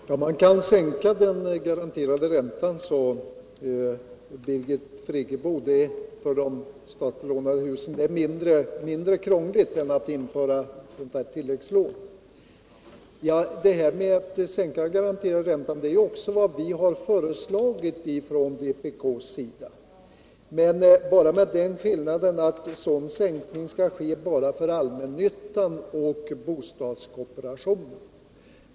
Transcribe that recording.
Herr talman! Man kan sänka den garanterade räntan, sade Birgit Friggebo, det är för de statsbelånade husen mindre krångligt än att införa tilläggslån. Att sänka den garanterade räntan är också vad vi har föreslagit från vpk:s sida — dock med den skillnaden att sådan sänkning skall göras bara för de allmännyttiga företagen och för bostadskooperationen.